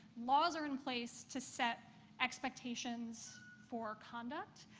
laws are in place to set expectations for conduct